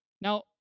Now